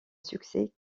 succès